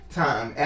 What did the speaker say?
time